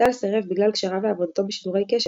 טל סירב בגלל קשריו ועבודתו ב"שידורי קשת",